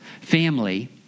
Family